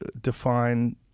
define